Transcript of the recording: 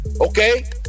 Okay